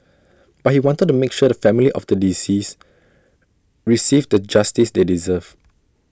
but he wanted to make sure the family of the deceased received the justice they deserved